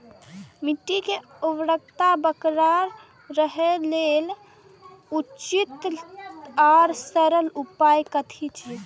मिट्टी के उर्वरकता बरकरार रहे ताहि लेल उचित आर सरल उपाय कथी छे?